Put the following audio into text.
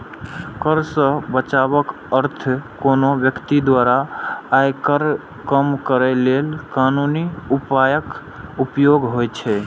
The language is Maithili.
कर सं बचावक अर्थ कोनो व्यक्ति द्वारा आयकर कम करै लेल कानूनी उपायक उपयोग होइ छै